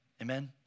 Amen